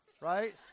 right